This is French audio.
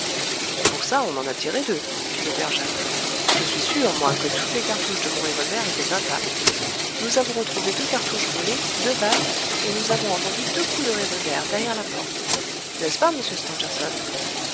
pour ça on en a tiré deux fit le père jacques je suis sûr moi que toutes les cartouches de mon revolver étaient intactes nous avons retrouvé deux cartouches brûlées deux balles et nous avons entendu deux coups de revolver derrière la porte n'est-ce pas monsieur stangerson